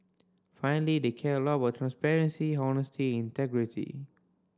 finally they care a lot about transparency honesty and integrity